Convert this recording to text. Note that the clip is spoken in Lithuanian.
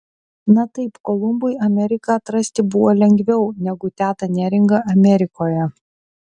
na taip kolumbui ameriką atrasti buvo lengviau negu tetą neringą amerikoje